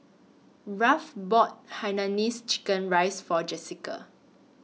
Ralph bought Hainanese Chicken Rice For Jessica